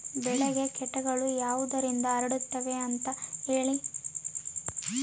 ಬೆಳೆಗೆ ಕೇಟಗಳು ಯಾವುದರಿಂದ ಹರಡುತ್ತದೆ ಅಂತಾ ಹೇಳಿ?